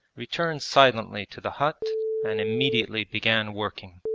returned silently to the hut and immediately began working.